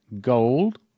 gold